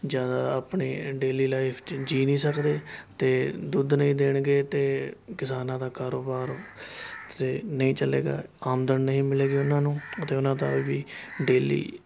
ਜ਼ਿਆਦਾ ਆਪਣੀ daily life 'ਚ ਜੀਅ ਨਹੀਂ ਸਕਦੇ ਅਤੇ ਦੁੱਧ ਨਹੀਂ ਦੇਣਗੇ ਅਤੇ ਕਿਸਾਨਾਂ ਦਾ ਕਾਰੋਬਾਰ ਤਾਂ ਨਹੀਂ ਚੱਲੇਗਾ ਆਮਦਨ ਨਹੀਂ ਮਿਲੇਗੀ ਉਹਨਾਂ ਨੂੰ ਅਤੇ ਉਹਨਾਂ ਦਾ ਵੀ ਡੇਲੀ